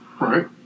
Right